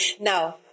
Now